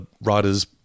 writer's